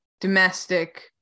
domestic